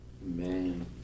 man